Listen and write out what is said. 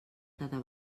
cada